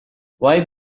wipe